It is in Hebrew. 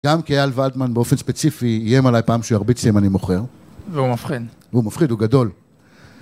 גם קיאל ולדמן באופן ספציפי איים עליי פעם שירביץ עם אני מוכר והוא מפחיד והוא מפחיד, הוא גדול